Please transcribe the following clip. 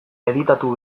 editatu